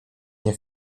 nie